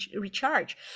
recharge